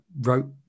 wrote